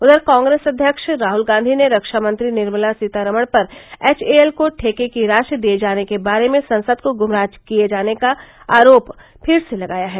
उधर कांग्रेस अध्यक्ष राहल गांधी ने रक्षामंत्री निर्मला सीतारमण पर एचएएल को ठेके की राशि दिए जाने के बारे में संसद को गुमराह किये जाने का आरोप फिर लगाया है